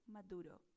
Maduro